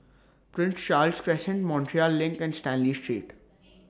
Prince Charles Crescent Montreal LINK and Stanley Street